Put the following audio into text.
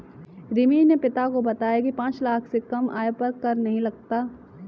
रिमी ने पिता को बताया की पांच लाख से कम आय पर कर नहीं लगता